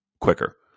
quicker